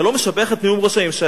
אתה לא משבח את נאום ראש הממשלה?